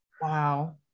Wow